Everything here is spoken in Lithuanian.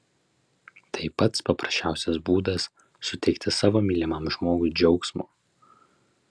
tai pats paprasčiausias būdas suteikti savo mylimam žmogui džiaugsmo